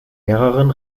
mehreren